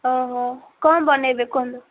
ଓହୋ କ'ଣ ବନାଇବେ କୁହନ୍ତୁ